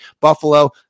Buffalo